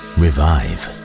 revive